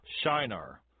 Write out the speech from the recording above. Shinar